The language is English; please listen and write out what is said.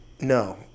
No